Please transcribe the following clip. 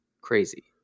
crazy